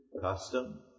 custom